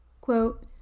Quote